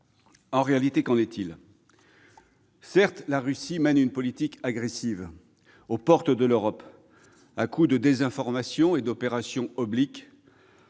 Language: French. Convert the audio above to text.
En réalité, qu'en est-il ? Certes, la Russie mène une politique agressive aux portes de l'Europe, à coups de désinformation et d'opérations obliques.